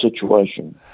situation